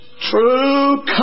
True